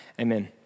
Amen